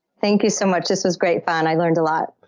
thank you so much. this was great fun. i learned a lot.